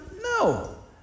No